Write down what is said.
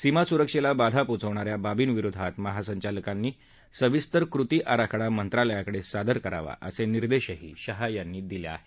सीमासुरक्षेला बाधा पोचवणा या बाबींविरोधात महासंचालकांनी सविस्तर कृती आराखडा मंत्रालयाकडे सादर करावेत असे निर्देशही शाह यांनी दिले आहेत